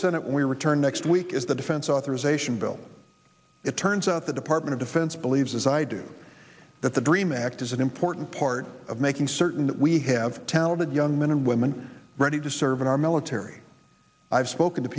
when we return next week is the defense authorization bill it turns out the department of defense believes as i do that the dream act is an important part of making certain that we have talented young men and women ready to serve in our military i've spoken to